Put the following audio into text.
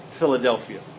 Philadelphia